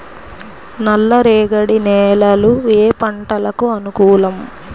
నల్లరేగడి నేలలు ఏ పంటలకు అనుకూలం?